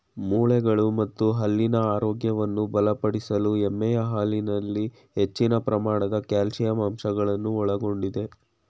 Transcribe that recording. ಮೂಳೆಗಳು ಮತ್ತು ಹಲ್ಲಿನ ಆರೋಗ್ಯವನ್ನು ಬಲಪಡಿಸಲು ಎಮ್ಮೆಯ ಹಾಲಿನಲ್ಲಿ ಹೆಚ್ಚಿನ ಪ್ರಮಾಣದ ಕ್ಯಾಲ್ಸಿಯಂ ಅಂಶಗಳನ್ನು ಒಳಗೊಂಡಯ್ತೆ